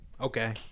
Okay